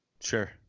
Sure